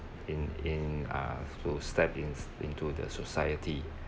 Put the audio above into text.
in in ah to step in s~ into the society